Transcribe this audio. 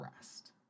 rest